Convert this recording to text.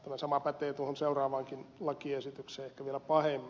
tämä sama pätee tuohon seuraavaankin lakiesitykseen ehkä vielä pahemmin